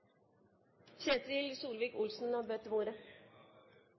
Ketil Solvik-Olsen har bedt om ordet.